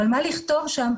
אבל מה לכתוב שם,